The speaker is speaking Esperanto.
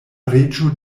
reĝo